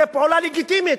זו פעולה לגיטימית.